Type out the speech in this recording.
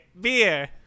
beer